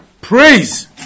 praise